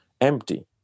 empty